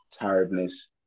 tiredness